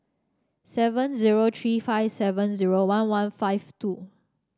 seven zero three five seven zero one one five two